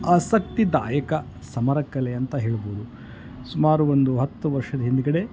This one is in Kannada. ಆಸಕ್ತಿದಾಯಕ ಸಮರಕಲೆ ಅಂತ ಹೇಳ್ಬೋದು ಸುಮಾರು ಒಂದು ಹತ್ತು ವರ್ಷದ ಹಿಂದಗಡೆ